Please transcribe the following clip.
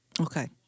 Okay